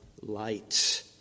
light